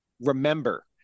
Remember